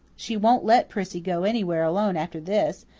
she won't let prissy go anywhere alone after this,